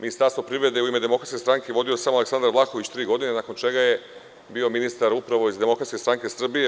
Ministarstvo privrede je u ime Demokratske stranke vodio samo Aleksandar Vlahović tri godine, nakon čega je bio ministar upravo iz Demokratske stranke Srbije.